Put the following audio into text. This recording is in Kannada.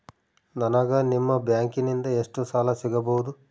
ನನಗ ನಿಮ್ಮ ಬ್ಯಾಂಕಿನಿಂದ ಎಷ್ಟು ಸಾಲ ಸಿಗಬಹುದು?